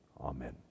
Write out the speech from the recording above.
Amen